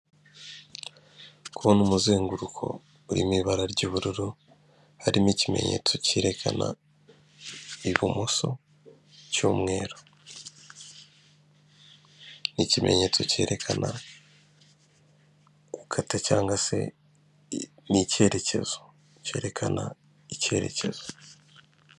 Ndikubona umuzenguruko uririmo ibara ry'ubururu harimo ikimenyetso kerekana ibumoso cy'umweru, ni ikimenyetso cyerekana gukata cyangwa se ni icyerekezo cyerekana icyerekezo.